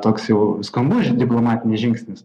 toks jau skambus žin diplomatinis žingsnis